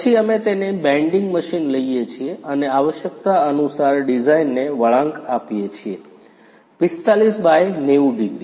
પછી અમે તેને બેન્ડિંગ મશીન લઈએ છીએ અને આવશ્યકતા અનુસાર ડિઝાઇનને વળાંક આપીએ છીએ - 4590 ડિગ્રી